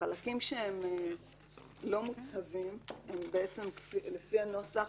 החלקים שהם לא מוצהבים הם לפי הנוסח